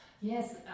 Yes